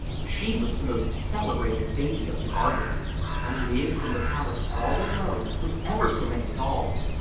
she was the most celebrated baby of the gardens and lived in the palace all alone, with ever so many dolls,